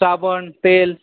साबण तेल